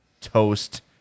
toast